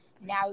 Now